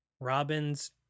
Robin's